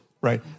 right